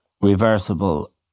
reversible